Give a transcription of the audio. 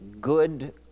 good